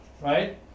Right